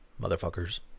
motherfuckers